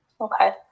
Okay